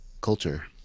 culture